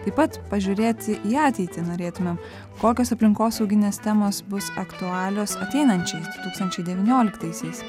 taip pat pažiūrėti į ateitį norėtumėm kokios aplinkosauginės temos bus aktualios ateinančiais du tūkstančiai devynioliktaisiais